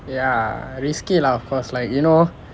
ya risky lah of course like you know